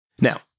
Now